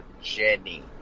Jenny